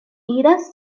iras